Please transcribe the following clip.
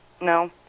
No